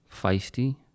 feisty